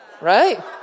right